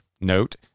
Note